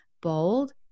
bold